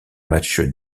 match